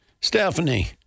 Stephanie